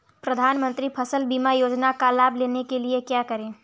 प्रधानमंत्री फसल बीमा योजना का लाभ लेने के लिए क्या करें?